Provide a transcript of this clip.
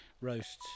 roasts